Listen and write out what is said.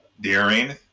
daring